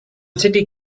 city